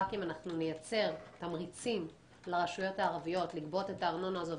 רק אם אנחנו נייצר תמריצים לרשויות הערביות לגבות את הארנונה הזו,